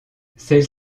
celles